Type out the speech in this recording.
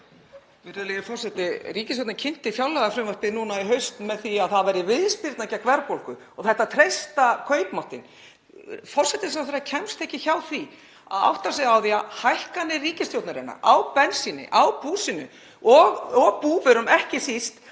Virðulegi forseti. Ríkisstjórnin kynnti fjárlagafrumvarpið0 núna í haust með því að það verði viðspyrna gegn verðbólgu og það ætti að treysta kaupmáttinn. Forsætisráðherra kemst ekki hjá því að átta sig á því að hækkanir ríkisstjórnarinnar á bensíni, á búsinu og á búvörum ekki síst